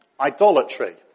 Idolatry